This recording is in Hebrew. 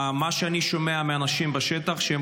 מה שאני שומע מאנשים בשטח הוא שהם